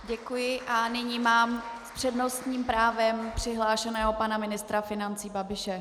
Děkuji a nyní mám s přednostním právem přihlášeného pana ministra financí Babiše.